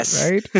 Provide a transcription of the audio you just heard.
right